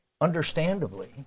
understandably